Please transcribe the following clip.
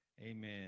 amen